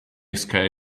scare